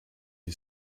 you